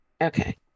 okay